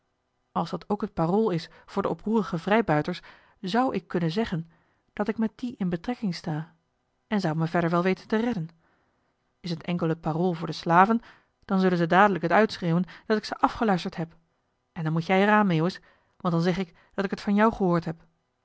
als dat ook het parool is voor de oproerige vrijbuiters zou ik kunnen zeggen dat ik met die in betrekking sta en zou me verder wel weten te redden is het enkel het parool voor de slaven dan zullen ze dadelijk het uitschreeuwen dat ik ze afgeluisterd heb en dan moet jij er aan meeuwis want dan zeg ik dat ik t van jou gehoord heb